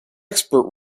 expert